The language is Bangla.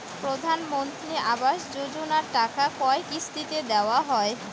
প্রধানমন্ত্রী আবাস যোজনার টাকা কয় কিস্তিতে দেওয়া হয়?